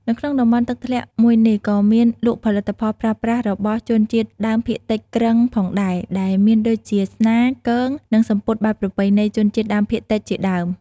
នៅក្នុងតំបន់ទឹកធ្លាក់មួយនេះ ក៏មានលក់ផលិតផលប្រើប្រាស់របស់ជនជាតិដើមភាគតិចគ្រឹងផងដែរ ដែលមានដូចជាស្នា គង និងសំពត់បែបប្រពៃណីជនជាតិដើមភាគតិចជាដើម។